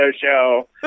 show